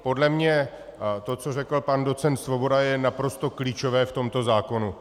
Podle mě to, co řekl pan docent Svoboda, je naprosto klíčové v tomto zákonu.